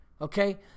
Okay